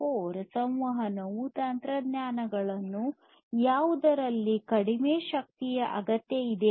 4 ಸಂವಹನವು ತಂತ್ರಜ್ಞಾನಗಳನ್ನು ಯಾವುದರಲ್ಲಿ ಕಡಿಮೆ ಶಕ್ತಿಯ ಅಗತ್ಯಇದೆ